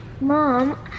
Mom